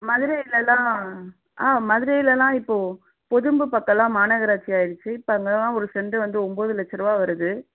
மதுரைலல்லாம் ஆ மதுரைலல்லாம் இப்போ பொதும்பு பக்கம் எல்லாம் மாநகராட்சி ஆயிருச்சு இப்போ அங்கேல்லாம் ஒரு சென்ட்டு வந்து ஒம்பது லட்சரூவா வருது